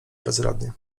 bezradnie